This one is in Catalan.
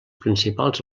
principals